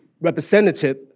representative